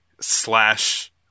slash